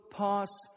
pass